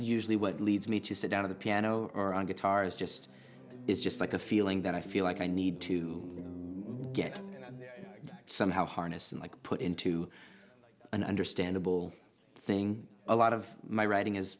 usually what leads me to sit down at the piano or on guitar is just is just like a feeling that i feel like i need to get somehow harness and like put into an understandable thing a lot of my writing is